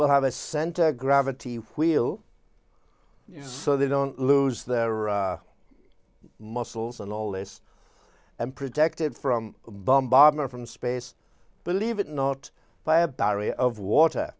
will have a center gravity wheel so they don't lose their muscles and all this and protected from bombardment from space believe it or not by a barrier of water